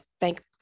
thank